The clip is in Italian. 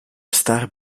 star